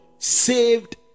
saved